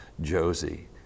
Josie